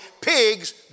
pigs